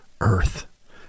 earth